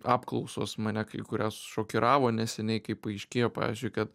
apklausos mane kai kurias šokiravo neseniai kaip paaiškėjo pavyzdžiui kad